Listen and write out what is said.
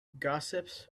gossips